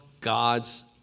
God's